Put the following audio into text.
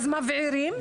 אז מבעירים,